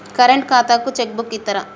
Current ఖాతాకు cheque book ఇత్తరా?